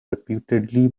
reputedly